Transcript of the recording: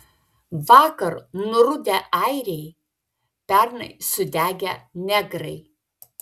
vakar nurudę airiai pernai sudegę negrai